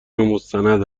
مستند